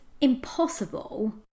impossible